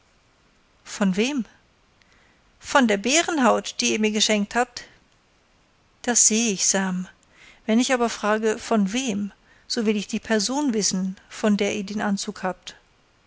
von wem von der bärenhaut die ihr mir geschenkt habt das sehe ich sam wenn ich aber frage von wem so will ich die person wissen von der ihr den anzug habt